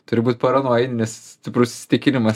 turi būt paranojinis stiprus įsitikinimas